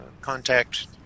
contact